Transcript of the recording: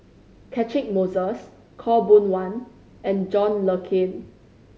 Catchick Moses Khaw Boon Wan and John Le Cain